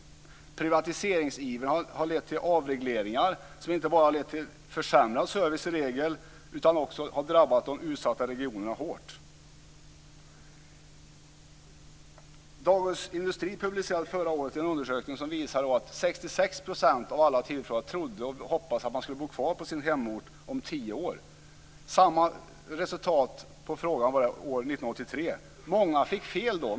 Privatiseringsivrandet har lett till avregleringar som inte bara lett till försämrad service, utan det har också drabbat de utsatta regionerna hårt. Dagens Industri publicerade förra året en undersökning som visade att 66 % av alla tillfrågade trodde och hoppades att de skulle bo kvar på sin hemort om tio år. Samma resultat blev det år 1983. Många fick då fel.